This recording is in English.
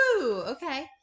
okay